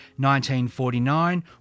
1949